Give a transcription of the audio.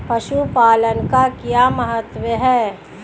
पशुपालन का क्या महत्व है?